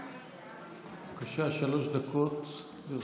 בבקשה, שלוש דקות לרשותך.